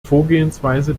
vorgehensweise